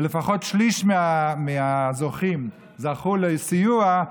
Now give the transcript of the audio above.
ולפחות שליש מהזוכים זכו לסיוע,